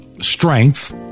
strength